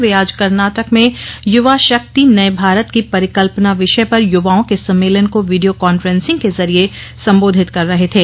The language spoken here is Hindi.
वे आज कर्नाटक में युवा शक्ति नये भारत की परिकल्पना विषय पर युवाओं के सम्मेलन को video conferencing जरिए संबोधित कर रहे थे